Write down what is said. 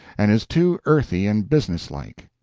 and is too earthy and business-like.